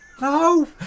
no